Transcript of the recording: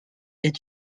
est